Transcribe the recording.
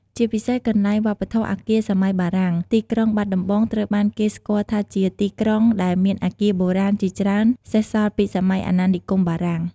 ជាពិសេសកន្លែង វប្បធម៌អគារសម័យបារាំង ទីក្រុងបាត់ដំបងត្រូវបានគេស្គាល់ថាជាទីក្រុងដែលមានអគារបុរាណជាច្រើនសេសសល់ពីសម័យអាណានិគមបារាំង។